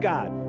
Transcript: God